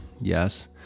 yes